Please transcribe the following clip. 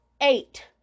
eight